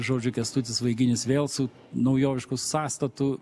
žodžiu kęstutis vaiginis vėl su naujovišku sąstatu